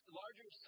larger